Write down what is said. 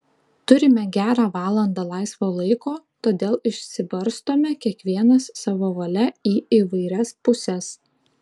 turime gerą valandą laisvo laiko todėl išsibarstome kiekvienas savo valia į įvairias puses